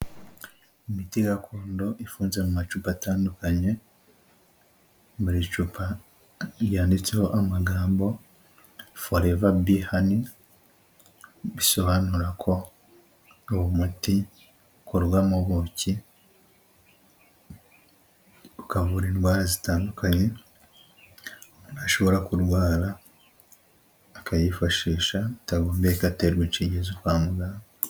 Imiti gakondo ifunze mu macupa atandukanye buri cupa ryanditseho amagambo," foreva bi hani", bisobanura ko uwomuti ukorwa mu buki ukavura indwara zitandukanye umuntu ashobora kurwara akayifashisha bitagombeye ko aterwa inshinge zo kwa muganga.